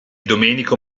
domenico